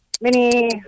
Mini